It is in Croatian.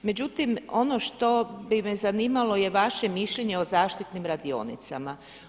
Međutim, ono što bi me zanimalo je vaše mišljenje o zaštitnim radionicama.